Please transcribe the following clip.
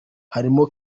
harimo